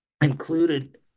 included